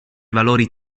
valori